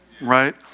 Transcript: right